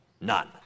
none